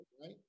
right